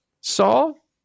Saul